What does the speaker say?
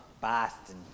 Boston